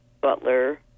Butler